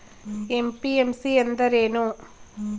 MPMC ಎಂದರೇನು?